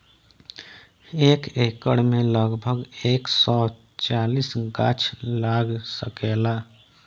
एक एकड़ में लगभग एक सौ चालीस गाछ लाग सकेला